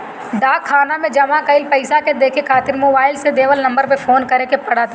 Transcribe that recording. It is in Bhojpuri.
डाक खाना में जमा कईल पईसा के देखे खातिर मोबाईल से देवल नंबर पे फोन करे के पड़त ह